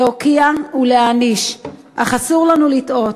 להוקיע ולהעניש, אך אסור לנו לטעות,